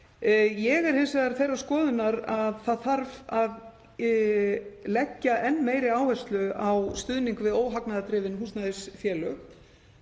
Ég er hins vegar þeirrar skoðunar að það þarf að leggja enn meiri áherslu á stuðning við óhagnaðardrifin húsnæðisfélög,